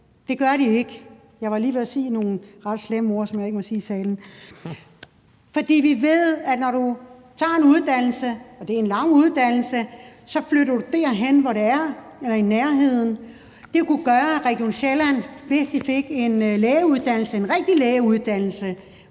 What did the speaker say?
Det gør de ikke – jeg var lige ved at sige nogle ret slemme ord, som man ikke må sige i salen. Vi ved, at når du tager en uddannelse – og det er en lang uddannelse – så flytter du hen i nærheden af den. Hvis Region Sjælland fik en rigtig god lægeuddannelse,